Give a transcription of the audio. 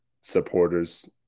supporters